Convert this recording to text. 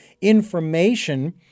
information